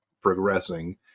progressing